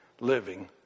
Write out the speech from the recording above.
living